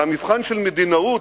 והמבחן של מדינאות,